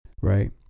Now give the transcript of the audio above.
Right